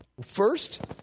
First